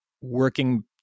working